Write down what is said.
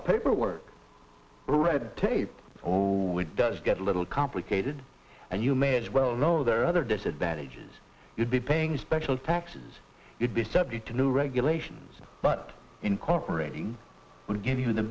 of paperwork red tape oh it does get a little complicated and you may as well know there are other disadvantages you'd be paying special taxes you'd be subject to new regulations but incorporating would give you the